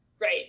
right